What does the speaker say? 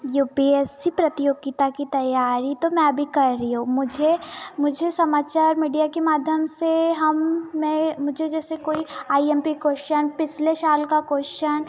you P S C प्रतियोगिता की तैयारी तो मैं भी कर रही हूँ मुझे मुझे समाचार मीडिया के माध्यम से हम मैं मुझे जैसे कोई आई एम पी क्वेशन पिछले साल का क्वेशन